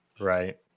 Right